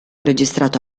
registrato